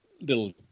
Little